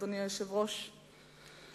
אדוני היושב-ראש,